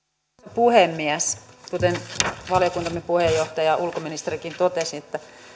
puhemies kuten valiokuntamme puheenjohtaja ja ulkoministerikin totesivat